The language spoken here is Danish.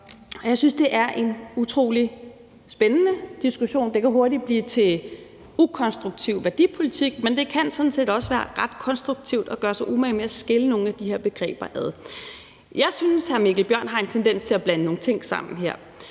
jeg synes, det er en utrolig spændende diskussion. Det kan hurtigt blive til ukonstruktiv værdipolitik, men det kan sådan set også være ret konstruktivt at gøre sig umage med at skille nogle af de her begreber ad. Jeg synes, hr. Mikkel Bjørn her har en tendens til at blande nogle ting sammen, men